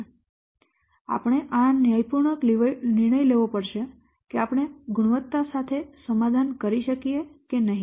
તેથી આપણે ન્યાયપૂર્ણ નિર્ણય લેવો પડશે કે આપણે ગુણવત્તા સાથે સમાધાન કરી શકીએ કે નહીં